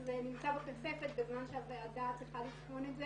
זה נמצא בכספת בזמן שהוועדה צריכה לבחון את זה,